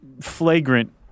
flagrant